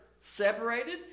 separated